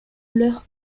ier